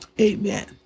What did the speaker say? Amen